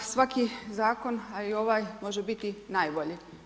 Svaki zakon, a i ovaj može biti najbolji.